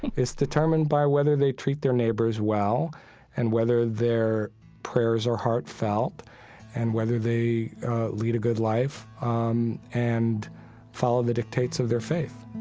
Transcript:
it's determined by whether they treat their neighbors well and whether their prayers are heartfelt and whether they lead a good life um and follow the dictates of their faith